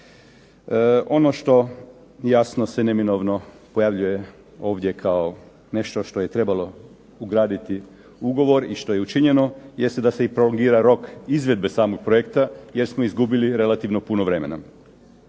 Ono što jasno se neminovno pojavljuje ovdje kao nešto što je trebalo ugraditi u ugovor i što je učinjeno jeste da se i prolongira rok izvedbe samog projekta jer smo izgubili relativno puno vremena.